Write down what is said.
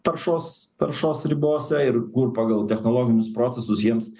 taršos taršos ribose ir kur pagal technologinius procesus jiems